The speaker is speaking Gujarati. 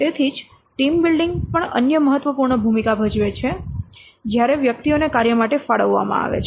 તેથી જ ટીમ બિલ્ડિંગ પણ અન્ય મહત્વપૂર્ણ ભૂમિકા ભજવે છે જ્યારે વ્યક્તિઓને કાર્ય માટે ફાળવવામાં આવે છે